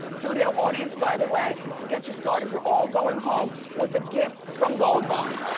studio audience, by the way, to get you started, you're all going home with a gift from gold bond.